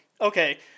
okay